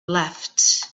left